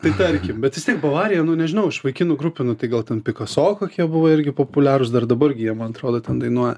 tai tarkim bet vis tiek bavarija nu nežinau iš vaikinų grupių nu tai gal ten pikaso kokie buvo irgi populiarūs dar dabar gi jie man atrodo ten dainuoja